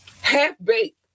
Half-baked